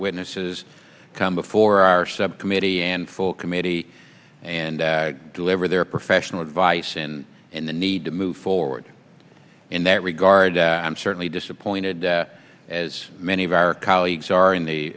witnesses come before our subcommittee and full committee and deliver their professional advice and in the need to move forward in that regard i'm certainly disappointed as many of our colleagues are in the